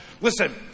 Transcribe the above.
Listen